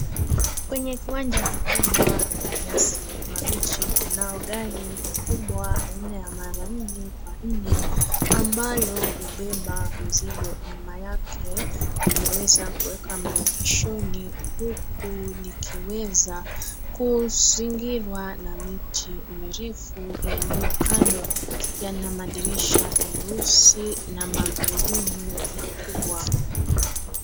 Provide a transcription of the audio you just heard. Kwenye kiwanja kikubwa lenye nyasi mabichi kunao gari kubwa aina ya mara nne kwa nne ambalo hubeba mzigo nyuma yake limeweza kuweka mwengeshoni huku likiweza kuzingirwa na miti mirefu yaliyo kando. Yana madirisha meusi na magurudumu makubwa.